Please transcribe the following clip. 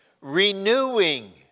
Renewing